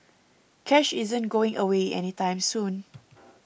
cash isn't going away any time soon